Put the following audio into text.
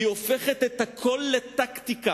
הן הופכות את הכול לטקטיקה.